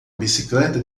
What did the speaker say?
bicicleta